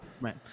Right